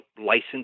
licensed